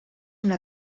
una